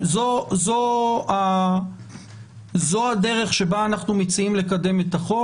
זו הדרך בה אנחנו מציעים לקדם את החוק.